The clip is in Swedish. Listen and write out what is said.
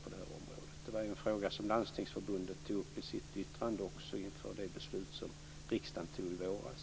Det var ju en fråga som också Landstingsförbundet tog upp i sitt yttrande inför det beslut som riksdagen fattade i våras.